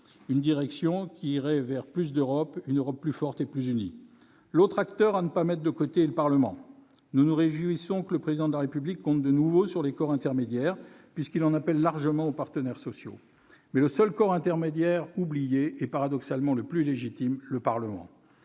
cette direction, c'est-à-dire vers plus d'Europe et vers une Europe plus forte et plus unie. L'autre acteur à ne pas mettre de côté est le Parlement. Nous nous réjouissons que le Président de la République compte de nouveau sur les corps intermédiaires, puisqu'il en appelle largement aux partenaires sociaux, mais le seul corps intermédiaire oublié est, paradoxalement, le plus légitime : le Parlement.